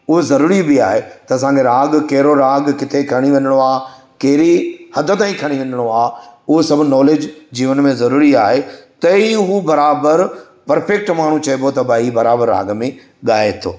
उहो ज़रूरी बि आहे त असांखे राॻु कहिड़ो राॻु किथे खणी वञिणो आहे कहिड़ी हदि ताईं खणी वञिणो आहे उहो सभु नॉलेज जीवन में ज़रूरी आहे त ई हू बराबरि परफ़ेक्ट माण्हू चइबो त भाई बराबरि राॻ में ॻाए थो